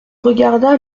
regarda